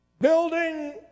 building